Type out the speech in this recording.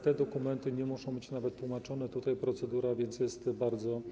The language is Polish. Te dokumenty nie muszą być nawet tłumaczone, więc procedura jest bardzo